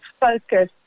focus